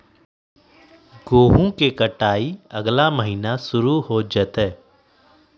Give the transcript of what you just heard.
गेहूं के कटाई अगला महीना शुरू हो जयतय